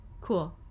cool